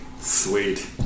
Sweet